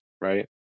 right